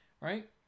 right